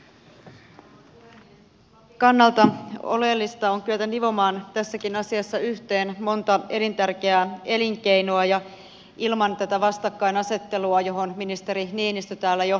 lapin kannalta oleellista on kyetä nivomaan tässäkin asiassa yhteen monta elintärkeää elinkeinoa ja ilman tätä vastakkainasettelua johon ministeri niinistö täällä jo viittasikin